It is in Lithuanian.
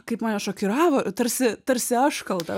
kaip mane šokiravo tarsi tarsi aš kalta